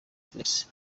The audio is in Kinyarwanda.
felix